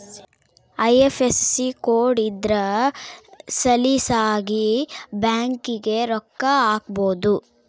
IFSC code ಇದ್ರ ಸಲೀಸಾಗಿ ಬ್ಯಾಂಕಿಗೆ ರೊಕ್ಕ ಹಾಕ್ಬೊದು